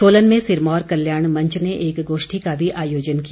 सोलन में सिरमौर कल्याण मंच ने एक गोष्ठी का भी आयोजन किया